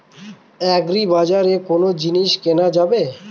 আগ্রিবাজারে কোন জিনিস কেনা যাবে?